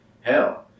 Hell